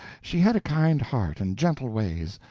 she had a kind heart and gentle ways,